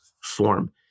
form